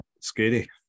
Scary